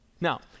Now